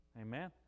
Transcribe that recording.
Amen